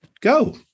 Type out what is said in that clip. Go